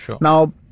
now